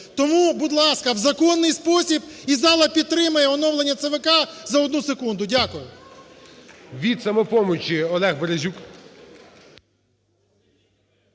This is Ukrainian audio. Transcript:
Тому, будь ласка, в законний спосіб, і зала підтримає оновлення ЦВК за одну секунду. Дякую. ГОЛОВУЮЧИЙ. Від "Самопомочі" Олег Березюк.